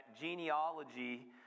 genealogy